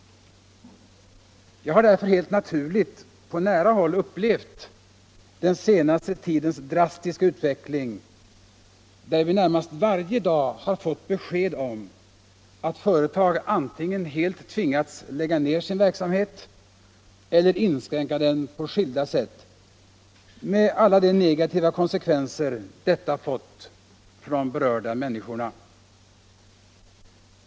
Jag har därför helt naturligt på nära håll upplevt den senaste tidens drastiska utveckling, där vi närmast varje dag har fått besked om att företag antingen helt tvingats lägga ned sin verksamhet eller inskränka den på skilda sätt — med alla de negativa konsekvenser detta får för de berörda människorna.